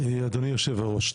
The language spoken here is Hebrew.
אדוני יושב הראש,